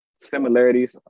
similarities